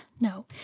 no